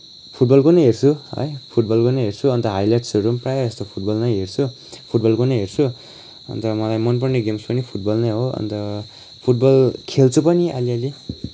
फुटबलको नै हेर्छु है फुटबलको नै हेर्छु अन्त हाइलाइट्सहरू पनि प्रायःजस्तो फुटबल नै हेर्छु फुटबलको नै हेर्छु अन्त मलाई मनपर्ने गेम्स पनि फुटबल नै हो अन्त फुटबल खेल्छु पनि अलिअलि